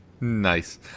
Nice